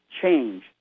change